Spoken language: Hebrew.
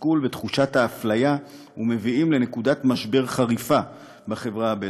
התסכול ותחושת האפליה ומביאים לנקודת משבר חריפה בחברה הבדואית.